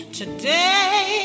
today